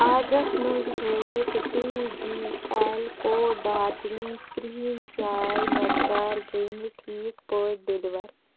آڈرَس منٛز ہٲوِتھ T G L کو ڈارجِلِنٛگ کرٛہِنۍ چاے مٮ۪قدار گٔے نہٕ ٹھیٖک پٲٹھۍ ڈیٚلِوَر